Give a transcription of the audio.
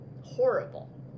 horrible